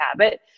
habit